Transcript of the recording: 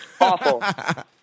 awful